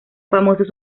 famosos